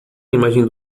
imagem